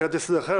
הקראתי סדר אחר?